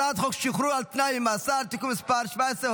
הצעת חוק שחרור על תנאי ממאסר (תיקון מס' 17,